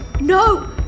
No